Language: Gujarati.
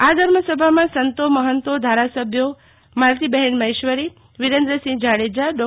આ ધર્મસભામાં સંતો મહંતો ધારાસભ્યો માલતીબેન મહેશ્વરી વીરેન્દ્રસિંફ જાડેજા ડો